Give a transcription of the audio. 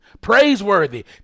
Praiseworthy